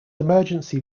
emergency